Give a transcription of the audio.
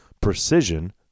Precision